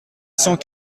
cent